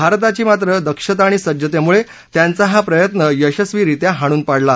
भारताची मात्र दक्षता आणि सज्जतेमुळे त्यांचा हा प्रयत्न यशस्वीरित्या हाणून पाडला